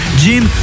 Gym